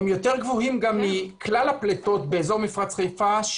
יותר גבוהים גם מכלל הפליטות באזור מפרץ חיפה,